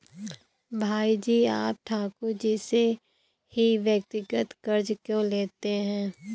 भाई जी आप ठाकुर जी से ही व्यक्तिगत कर्ज क्यों लेते हैं?